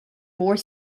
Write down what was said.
more